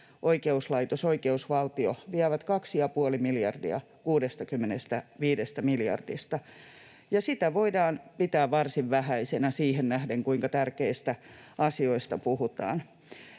oikeuslaitos, oikeusvaltio, vievät kaksi ja puoli miljardia 65 miljardista. Sitä voidaan pitää varsin vähäisenä siihen nähden, kuinka tärkeistä asioista puhutaan.